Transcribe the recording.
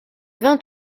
vingt